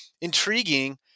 intriguing